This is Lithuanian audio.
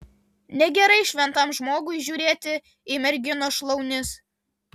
negerai šventam žmogui žiūrėti į merginos šlaunis